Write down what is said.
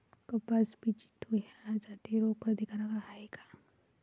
कपास BG two ह्या जाती रोग प्रतिकारक हाये का?